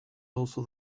also